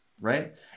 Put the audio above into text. right